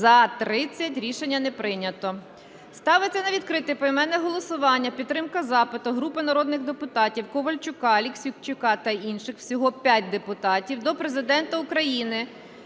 За-30 Рішення не прийнято. Ставиться на відкрите поіменне голосування підтримка запиту групи народних депутатів (Ковальчука, Аліксійчука та інших. Всього 5 депутатів) до Президента України